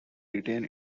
retain